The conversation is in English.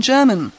German